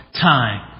time